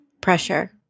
pressure